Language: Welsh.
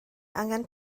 angen